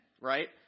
right